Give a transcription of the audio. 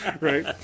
right